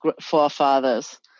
forefathers